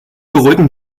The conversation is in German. beruhigen